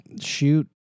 shoot